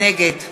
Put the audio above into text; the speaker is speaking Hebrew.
נגד